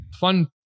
fun